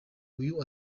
uyu